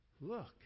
Look